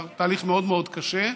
תהליך מאוד מאוד קשה.